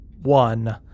one